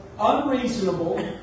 unreasonable